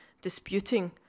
disputing